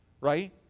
right